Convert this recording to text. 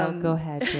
um go ahead,